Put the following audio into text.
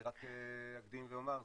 אני רק אקדים ואומר,